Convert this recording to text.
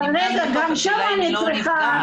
גם שם אני צריכה